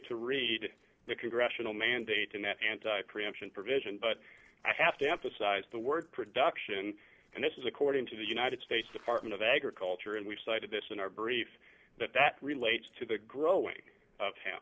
to read the congressional mandate and that and preemption provision but i have to emphasize the word production and this is according to the united states department of agriculture and we've cited this in our brief that that relates to the growing